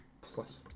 Plus